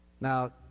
Now